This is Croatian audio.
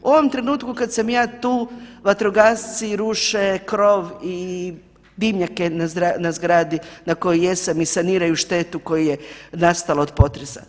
U ovom trenutku kad sam ja tu vatrogasci ruše krov i dimnjake ne zgradi na kojoj jesam i saniraju štetu koja je nastala od potresa.